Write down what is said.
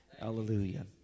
Hallelujah